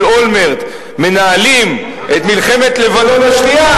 אולמרט מנהלים את מלחמת לבנון השנייה,